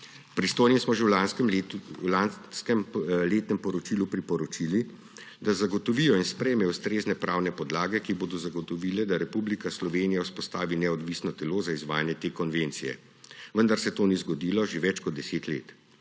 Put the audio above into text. Pristojnim smo že v lanskem letnem poročilu priporočili, da zagotovijo in sprejmejo ustrezne pravne podlage, ki bodo zagotovile, da Republika Slovenija vzpostavi neodvisno telo za izvajanje te konvencije, vendar se to ni zgodilo že več kot 10 let.